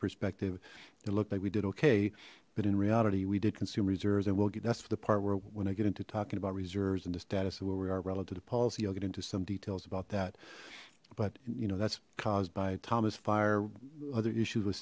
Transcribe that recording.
perspective it looked like we did okay but in reality we did consume reserves and we'll get that's for the part where when i get into talking about reserves and the status of where we are relative to policy i'll get into some details about that but you know that's caused by thomas fire other issues with